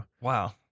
Wow